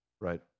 right